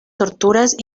torturas